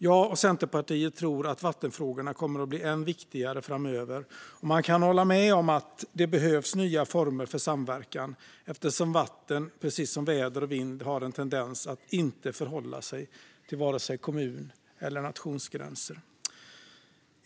Jag och Centerpartiet tror att vattenfrågorna kommer att bli än viktigare framöver och kan hålla med om att det behövs nya former för samverkan eftersom vatten precis som väder och vind har en tendens att inte förhålla sig till vare sig kommun eller nationsgränser.